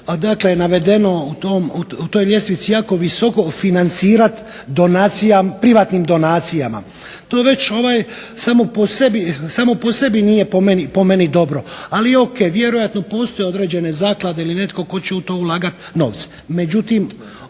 dakle navedeno u toj ljestvici jako visoko financirati privatnim donacijama. To već samo po sebi nije po meni dobro, ali je o.k. Vjerojatno postoje određene zaklade ili netko tko će u to ulagati novce.